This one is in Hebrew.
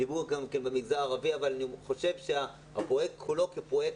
דיברו גם על המגזר הערבי אבל אני חושב שהפרויקט כולו כפרויקט,